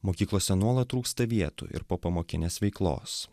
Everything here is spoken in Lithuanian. mokyklose nuolat trūksta vietų ir popamokinės veiklos